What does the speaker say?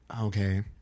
Okay